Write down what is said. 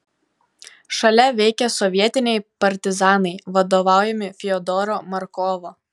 šalia veikia sovietiniai partizanai vadovaujami fiodoro markovo